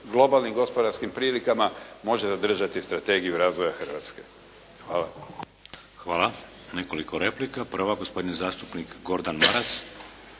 globalnim gospodarskim prilikama može zadržati Strategiju razvoja Hrvatske. Hvala. **Šeks, Vladimir (HDZ)** Hvala. Nekoliko replika. Prva, gospodin zastupnik Gordan Maras.